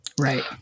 Right